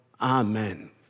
Amen